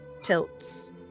tilts